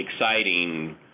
exciting